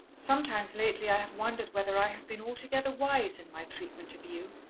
sometimes lately i have wondered whether i have been altogether wise in my treatment of you,